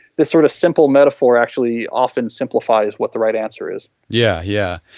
this sort of simple metaphor actually often simplifies what the right answer is yeah, yeah,